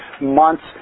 months